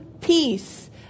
peace